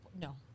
No